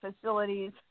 facilities